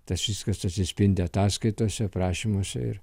tas viskas atsispindi ataskaitose prašymuose ir